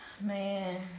Man